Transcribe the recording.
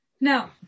Now